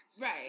Right